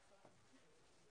נפסקה בשעה